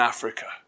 Africa